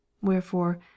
Wherefore